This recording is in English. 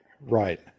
right